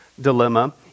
dilemma